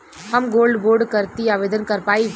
हम गोल्ड बोड करती आवेदन कर पाईब?